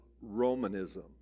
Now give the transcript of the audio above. Romanism